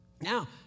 Now